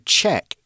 check